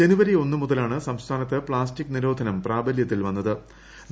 ജനുവരി ഒന്നു് മുതലാണ് സംസ്ഥാനത്ത് പ്താസ്റ്റിക് നിരോധനം പ്രാബല്യത്തിൽ വ്യ്യത്ത്